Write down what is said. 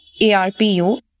ARPU